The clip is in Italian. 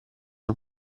non